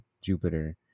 Jupiter